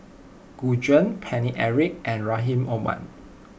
Gu Juan Paine Eric and Rahim Omar